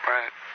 Right